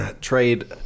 trade